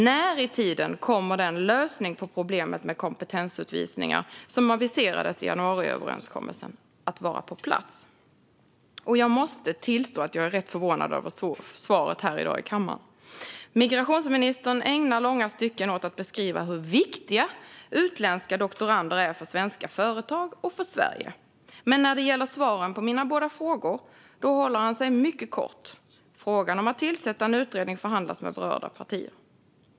När i tiden kommer den lösning på problemet med kompetensutvisningar som aviserades i januariöverenskommelsen att vara på plats? Jag måste tillstå att jag är rätt förvånad över svaret här i kammaren i dag. Migrationsministern ägnar långa stycken åt att beskriva hur viktiga utländska doktorander är för svenska företag och för Sverige. Men när det gäller svaren på mina båda frågor håller han sig mycket kort: Frågan om att tillsätta en utredning förhandlas med berörda partier.